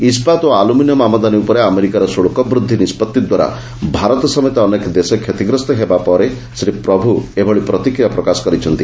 ଇସ୍କାତ ଓ ଆଲୁମିନିୟମ୍ ଆମଦାନୀ ଉପରେ ଆମେରିକାର ଶୁଳ୍କ ବୃଦ୍ଧି ନିଷ୍କଭିଦ୍ୱାରା ଭାରତ ସମେତ ଅନେକ ଦେଶ କ୍ଷତିଗ୍ରସ୍ତ ହେବା ପରେ ଶ୍ରୀ ପ୍ରଭୁ ଏଭଳି ପ୍ରତିକ୍ରିୟା ପ୍ରକାଶ କରିଛନ୍ତି